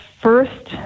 first